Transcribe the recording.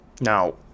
Now